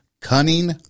Cunning